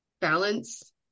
balance